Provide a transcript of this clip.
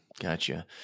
Gotcha